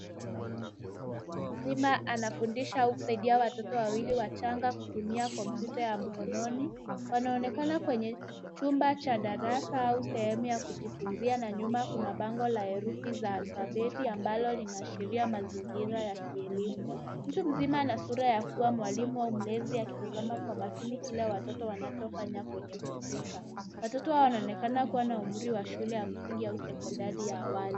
Mtu mzima anafundisha au kusaidia watoto wawili wachanga kutumia kompyuta ya mkononi. Wanaonekana kwenye chumba cha darasa au sehemu ya kujifunzia na nyuma kuna bango la herufi za alfabeti ambalo linaashiria mazingira ya kielimu. Mtu mzima ana sura ya kuwa mwalimu au mlezi akitazama kwa makini kila watoto wanachofanya kwenye kompyuta. Watoto hao wanaonekana kuwa na umri wa shule ya msingi au sekondari ya awali.